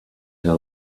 her